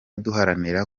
duharanira